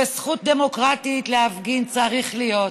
וזכות דמוקרטית להפגין צריכה להיות.